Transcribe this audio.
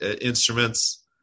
instruments